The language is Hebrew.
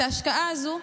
את ההשקעה הזו,